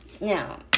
Now